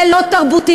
זה לא תרבותי.